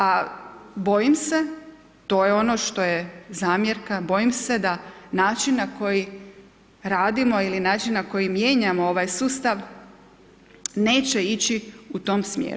A bojim se, to je ono što je zamjerka, bojim se da način na koji radimo ili način na koji mijenjamo ovaj sustav, neće ići u tom smjeru.